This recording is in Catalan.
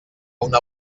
una